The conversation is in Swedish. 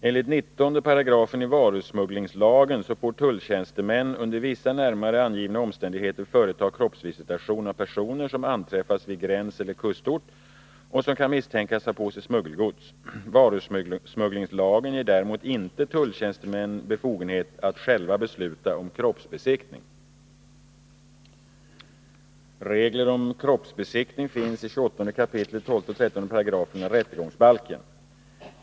Enligt 19 § varusmugglingslagen får tulltjänstemän under vissa närmare angivna omständigheter företa kroppsvisitation av personer som anträffas vid gränseller kustort och som kan misstänkas ha på sig smuggelgods. Varusmugglingslagen ger däremot inte tulltjänstemän befogenhet att själva besluta om kroppsbesiktning. Regler om kroppsbesiktning finns i 28 kap. 12-13 §§ rättegångsbalken.